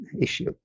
issue